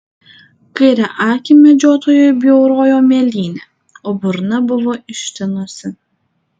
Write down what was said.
kairę akį medžiotojui bjaurojo mėlynė o burna buvo ištinusi